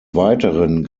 weiteren